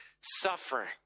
suffering